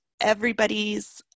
everybody's